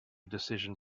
decision